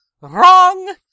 Wrong